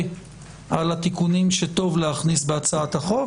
על התיקונים שטוב להכניס בהצעת החוק,